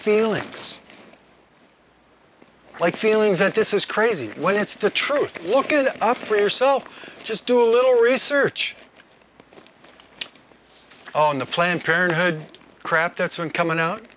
feelings like feelings that this is crazy when it's the truth looking up for yourself just do a little research on the planned parenthood crap that's been coming out